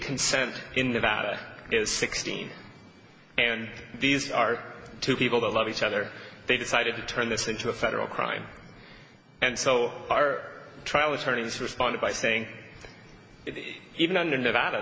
consent in the vatican is sixteen and these are two people that love each other they decided to turn this into a federal crime and so our trial attorneys responded by saying even under nevada